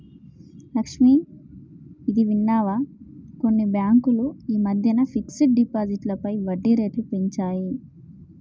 లక్ష్మి, ఇది విన్నావా కొన్ని బ్యాంకులు ఈ మధ్యన ఫిక్స్డ్ డిపాజిట్లపై వడ్డీ రేట్లు పెంచాయి